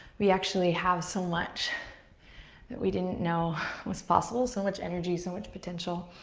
we actually have so much that we didn't know was possible, so much energy, so much potential.